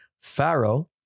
Pharaoh